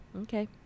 Okay